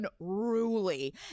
unruly